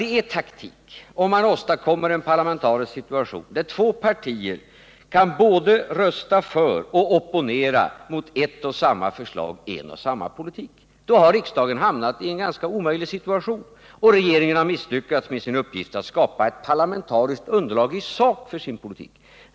Det är taktik om man åstadkommer en parlameniarisk situation där två partier kan både rösta för och opponera sig emot ett och samma förslag i en och samma politik. Då har riksdagen hamnat i en ganska omöjlig situation, och regeringen har misslyckats med sin uppgift att skapa ett parlamentariskt underlag i sak för sin politik.